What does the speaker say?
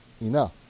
enough